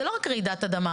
זה לא רק רעידת אדמה.